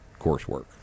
coursework